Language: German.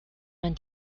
man